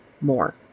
more